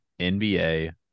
NBA